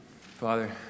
Father